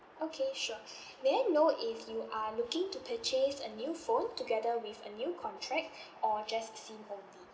okay sure may I know if you are looking to purchase a new phone together with a new contract or just SIM only